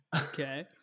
okay